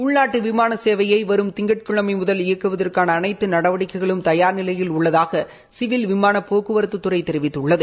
உள்நாட்டு விமான சேவையை வரும் திங்கட்கிழமை முதல் இயக்குவதற்கான அனைத்து நடவடிக்கைகளும் தயாா் நிலையில் உள்ளதாக சிவில் விமான போக்குவரத்துத்துறை தெரிவித்துள்ளது